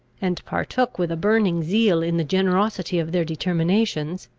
and partook with a burning zeal in the generosity of their determinations,